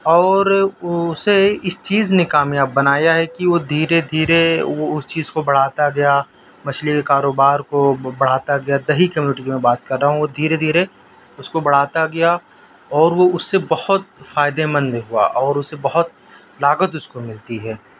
اور اسے اس چیز نے کامیاب بنایا ہے کہ وہ دھیرے دھیرے وہ اس چیز کو بڑھاتا جا مچھلی کے کاروبار کو بڑھاتا گیا دیہی کمیونٹی کی میں بات کر رہا ہوں وہ دھیرے دھیرے اس کو بڑھاتا گیا اور وہ اس سے بہت فائدےمند ہوا اور اس سے بہت لاگت اس کو ملتی ہے